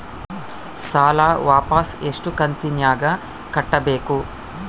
ಸಾಲ ವಾಪಸ್ ಎಷ್ಟು ಕಂತಿನ್ಯಾಗ ಕಟ್ಟಬೇಕು?